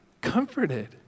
comforted